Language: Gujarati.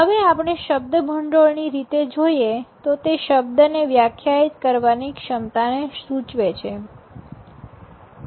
હવે આપણે શબ્દભંડોળની રીતે જોઈએ તો તે શબ્દ ને વ્યાખ્યાયિત કરવાની ક્ષમતાને સુચવે છે